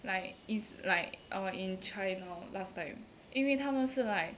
like is like err in china last time 因为他们是 like